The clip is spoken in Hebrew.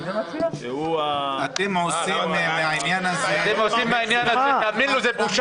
שהוא --- אתם עושים מהעניין הזה --- זו בושה